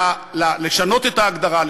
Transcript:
לשנות את ההגדרה,